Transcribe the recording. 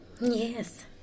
Yes